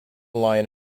line